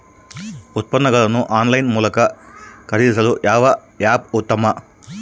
ಉತ್ಪನ್ನಗಳನ್ನು ಆನ್ಲೈನ್ ಮೂಲಕ ಖರೇದಿಸಲು ಯಾವ ಆ್ಯಪ್ ಉತ್ತಮ?